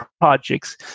projects